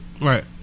right